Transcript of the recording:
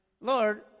Lord